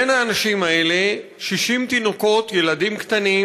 בין האנשים האלה 60 תינוקות, ילדים קטנים.